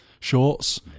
shorts